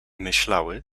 myślały